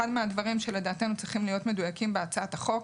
אחד מהדברים שצריכים להיות מדויקים בהצעת החוק,